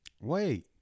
Wait